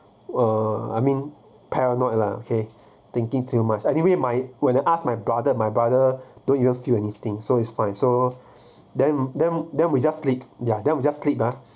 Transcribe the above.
uh I mean paranoid lah okay thinking too much anyway my when I asked my brother my brother don't you feel anything so it's fine so then then then we just sleep ya then we just sleep ah